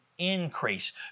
increase